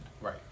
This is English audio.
Right